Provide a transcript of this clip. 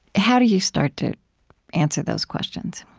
how do you start to answer those questions,